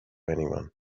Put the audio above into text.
anyone